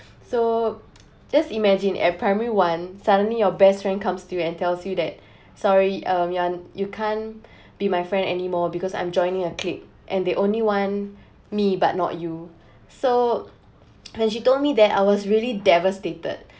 so just imagine at primary one suddenly your best friend comes to you and tells you that sorry um ya you can't be my friend anymore because I'm joining a clique and they only want me but not you so when she told me that I was really devastated